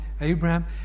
Abraham